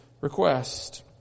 request